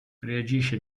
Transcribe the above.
reagisce